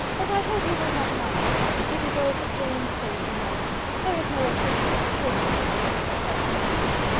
but i hope you will not mind it it is all for jane's sake, you know and there is no occasion for talking to him, except just now and then.